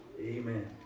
Amen